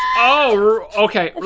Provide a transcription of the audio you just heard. oh, okay.